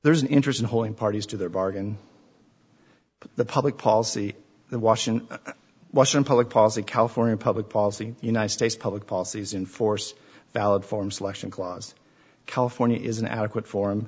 there's an interest in holding parties to their bargain the public policy the washing washing public policy california public policy united states public policies in force valid form selection clause california is an adequate for